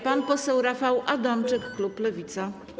Pan poseł Rafał Adamczyk, klub Lewica.